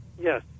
Yes